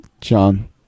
John